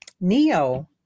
Neo